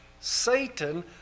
Satan